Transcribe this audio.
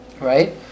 right